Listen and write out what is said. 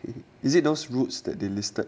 is it those routes that they listed